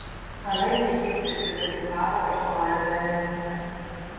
anais sykiais irgi taip kukavo ir palaidojome vincę